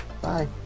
Bye